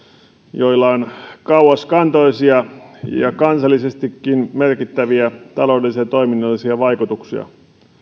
joilla on kauaskantoisia ja kansallisestikin merkittäviä taloudellisia ja toiminnallisia vaikutuksia